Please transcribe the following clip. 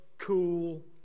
cool